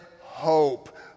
hope